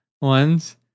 ones